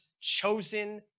chosen